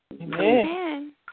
Amen